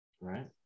right